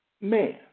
Man